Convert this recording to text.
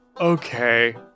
Okay